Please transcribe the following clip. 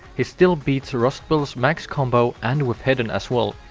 he still beat rustbell's max combo and with hidden as well,